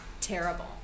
terrible